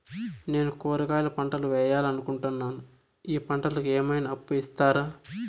నేను కూరగాయల పంటలు వేయాలనుకుంటున్నాను, ఈ పంటలకు ఏమన్నా అప్పు ఇస్తారా?